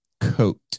Coat